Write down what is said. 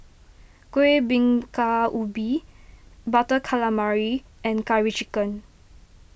Kuih Bingka Ubi Butter Calamari and Curry Chicken